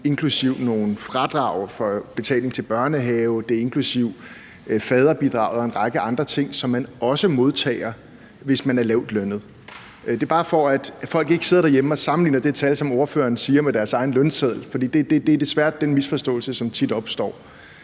inklusive nogle fradrag for betaling til børnehave, og det er inklusive faderbidraget og en række andre ting, som man også modtager, hvis man er lavtlønnet. Det er bare for, at folk ikke sidder derhjemme og sammenligner det tal, som ordføreren siger, med deres egen lønseddel, for det er desværre den misforståelse, som tit opstår.